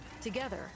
Together